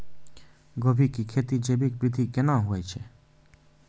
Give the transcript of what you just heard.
गोभी की खेती जैविक विधि केना हुए छ?